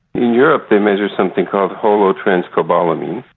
in europe they measure something called holotranscobalamin,